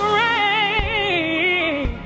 rain